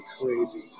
crazy